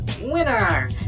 Winner